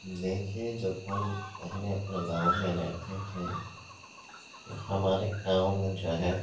دیکھیے جب ہم پہلے اپنے گاؤں میں رہتے تھے تو ہمارے گاؤں میں جو ہے